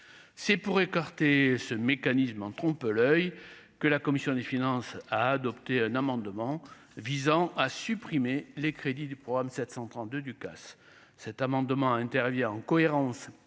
c'est pour écarter ce mécanisme en trompe-l oeil que la commission des finances, a adopté un amendement visant à supprimer les crédits du programme 732 Ducasse, cet amendement a intervient en cohérence